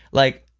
like,